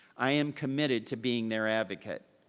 i am committed to being their advocate.